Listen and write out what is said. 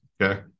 Okay